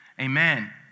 Amen